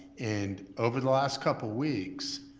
and over the last couple weeks,